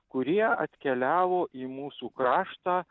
kurie atkeliavo į mūsų kraštą